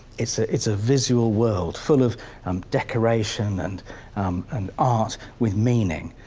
it's ah it's a visual world full of um decoration and and art with meaning,